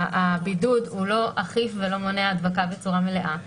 הבידוד הוא לא אכיף ולא מונע הדבקה בצורה מלאה,